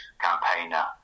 campaigner